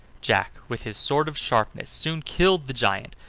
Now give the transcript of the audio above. jack, with his sword of sharpness, soon killed the giant,